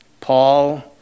Paul